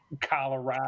Colorado